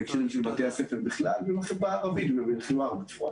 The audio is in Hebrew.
בהקשרים של בתי הספר בכלל ובחברה הערבית ובחיוואר בפרט.